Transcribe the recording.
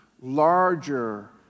Larger